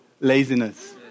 laziness